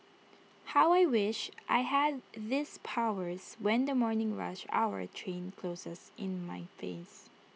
how I wish I had these powers when the morning rush hour train closes in my face